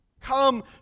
come